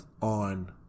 on